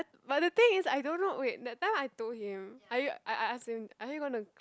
but the thing is I don't know wait that time I told him are you I I ask him are you gonna